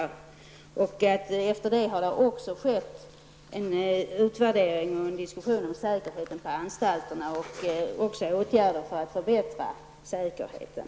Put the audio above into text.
Efter det att detta skedde har det gjorts en utvärdering av och förts en diskussion om säkerheten på anstalterna och om åtgärder för att förbättra säkerheten.